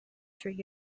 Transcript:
through